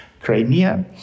Crimea